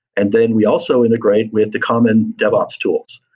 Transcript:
and then we also integrate with the common devops tools.